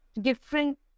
different